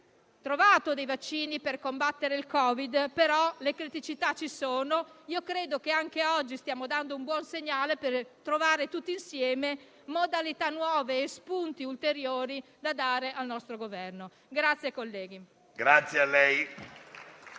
trovato vaccini per combattere il Covid, però le criticità ci sono; ritengo tuttavia che anche oggi stiamo dando un buon segnale per trovare tutti insieme modalità nuove e spunti ulteriori da dare al nostro Governo.